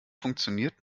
funktioniert